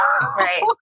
Right